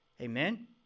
Amen